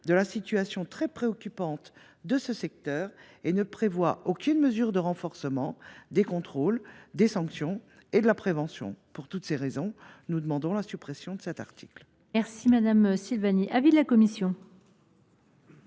de la situation très préoccupante de ce secteur et ne prévoit aucune disposition de renforcement des contrôles, des sanctions et de la prévention. Pour toutes ces raisons, nous demandons la suppression de cet article. Quel est l’avis de la commission